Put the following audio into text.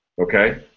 Okay